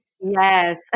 Yes